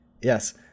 yes